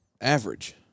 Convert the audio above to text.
average